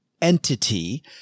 entity